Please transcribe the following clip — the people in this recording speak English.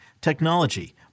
technology